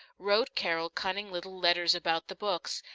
wrote carol cunning little letters about the books,